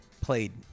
played